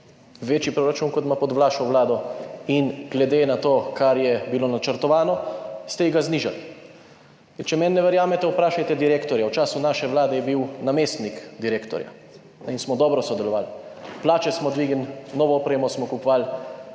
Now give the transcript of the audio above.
večji proračun, kot ima pod vašo vlado, in glede na to, kar je bilo načrtovano, ste ji ga znižali. Če meni ne verjamete, vprašajte direktorja, v času naše vlade je bil namestnik direktorja in smo dobro sodelovali. Plače smo dvignili, novo opremo smo kupovali,